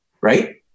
right